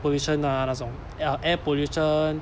pollution ah 那种 ya air pollution